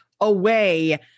away